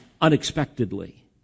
unexpectedly